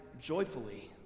joyfully